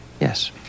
Yes